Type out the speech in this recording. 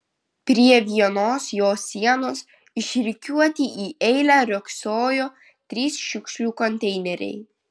prie vienos jo sienos išrikiuoti į eilę riogsojo trys šiukšlių konteineriai